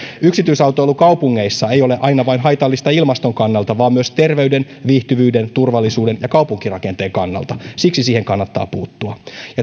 yksityisautoilu kaupungeissa ei ole aina haitallista vain ilmaston kannalta vaan myös terveyden viihtyvyyden turvallisuuden ja kaupunkirakenteen kannalta siksi siihen kannattaa puuttua